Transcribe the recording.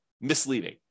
misleading